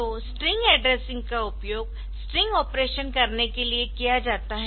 तो string addressing का उपयोग स्ट्रिंग ऑपरेशन करने के लिए किया जाता है